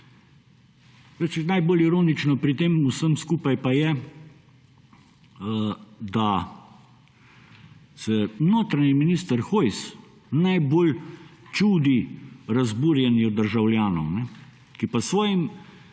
Najbolj ironično pri tem vsem skupaj pa je, da se notranji minister Hojs najbolj čudi razburjenju državljanov, ki pa s svojim